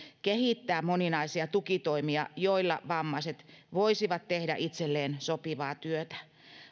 kehittää moninaisia tukitoimia joilla vammaiset voisivat tehdä itselleen sopivaa työtä